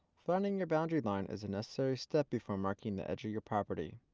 finding your boundary line is a necessary step before marking the edge of your property.